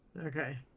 Okay